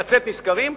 לצאת נשכרים,